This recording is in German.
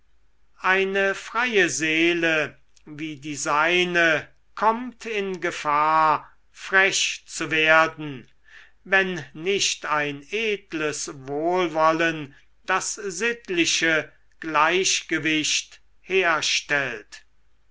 eine freie seele wie die seine kommt in gefahr frech zu werden wenn nicht ein edles wohlwollen das sittliche gleichgewicht herstellt